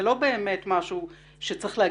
זה לא באמת משהו שצריך לומר.